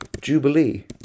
Jubilee